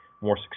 more